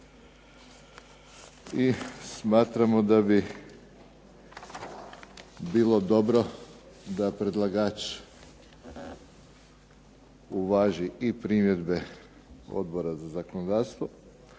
I smatramo da bi bilo dobro da predlagač uvaži i primjedbe Odbora za zakonodavstvo,